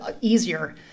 easier